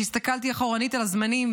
כשהסתכלתי אחורנית על הזמנים,